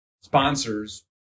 sponsors